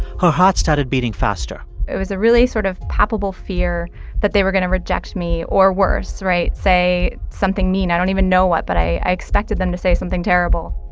her heart started beating faster it was a really sort of palpable fear that they were going to reject me or worse, right, say something mean. i don't even know what, but i expected them to say something terrible